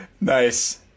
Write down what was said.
Nice